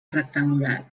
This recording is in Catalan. rectangular